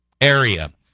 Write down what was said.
area